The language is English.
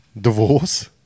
Divorce